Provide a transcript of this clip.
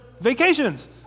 vacations